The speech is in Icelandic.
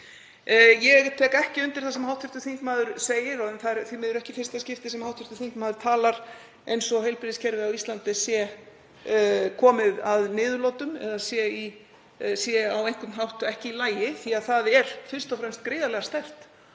Ég tek ekki undir það sem hv. þingmaður segir og það er því miður ekki í fyrsta skipti sem hv. þingmaður talar eins og heilbrigðiskerfið á Íslandi sé komið að niðurlotum eða sé á einhvern hátt ekki í lagi því að það er fyrst og fremst gríðarlega sterkt